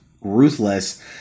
ruthless